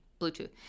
Bluetooth